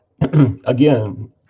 Again